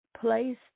place